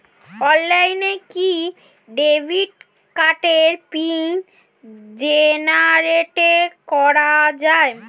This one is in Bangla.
অনলাইনে কি ডেবিট কার্ডের পিন জেনারেট করা যায়?